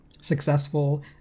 Successful